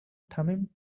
thummim